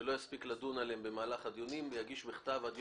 שלא נספיק לדון עליהן במהלך הדיונים יגיש אותן בכתב.